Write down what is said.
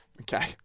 Okay